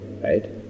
right